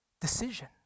decision